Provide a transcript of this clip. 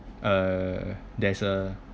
uh there's a